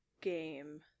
game